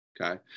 okay